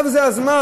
עכשיו זה הזמן.